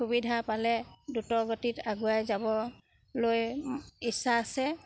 সুবিধা পালে দ্ৰুতগতিত আগুৱাই যাবলৈ ইচ্ছা আছে